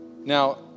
Now